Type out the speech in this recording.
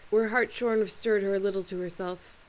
where hartshorn restored her a little to herself.